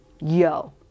Yo